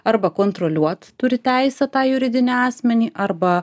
arba kontroliuot turi teisę tą juridinį asmenį arba